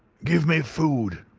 give me food,